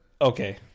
Okay